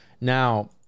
Now